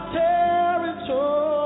territory